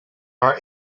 are